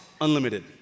Unlimited